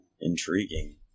Intriguing